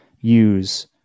use